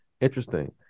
Interesting